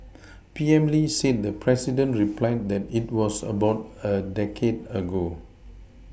P M Lee said the president replied that it was about a decade ago